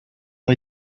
way